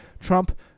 Trump